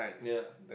yeah